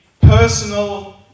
personal